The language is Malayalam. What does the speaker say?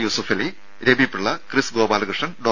യൂസഫലി രവി പിള്ള ക്രിസ് ഗോപാലകൃഷ്ണൻ ഡോ